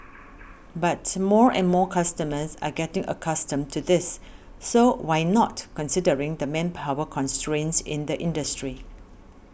but more and more customers are getting accustomed to this so why not considering the manpower constraints in the industry